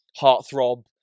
Heartthrob